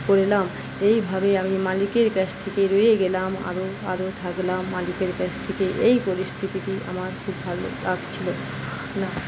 করলাম এইভাবে আমি মালিকের কাছ থেকে রয়ে গেলাম আরও আরও থাকলাম মালিকের কাছ থেকে এই পরিস্থিতিতে আমার খুব ভালো লাগছিলো